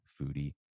foodie